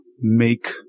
make